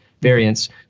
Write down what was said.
variants